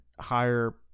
higher